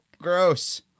gross